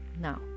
Now